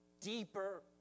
deeper